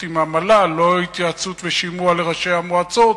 עם המל"ל ולא התייעצות ושימוע לראשי המועצות.